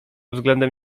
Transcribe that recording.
względem